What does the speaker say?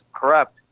corrupt